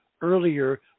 earlier